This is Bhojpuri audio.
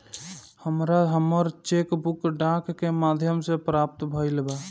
हमरा हमर चेक बुक डाक के माध्यम से प्राप्त भईल बा